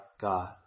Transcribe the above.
God